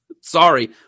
Sorry